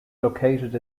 located